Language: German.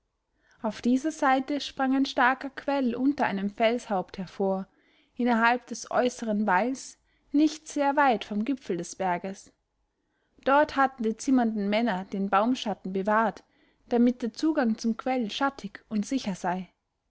auf dieser seite sprang ein starker quell unter einem felshaupt hervor innerhalb des äußeren walls nicht sehr weit vom gipfel des berges dort hatten die zimmernden männer den baumschatten bewahrt damit der zugang zum quell schattig und sicher sei